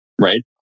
right